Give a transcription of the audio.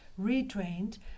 retrained